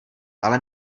ale